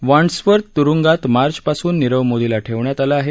Wandsworth तुरुंगात मार्चपासून नीरव मोदीला ठेवण्यात आलं आहे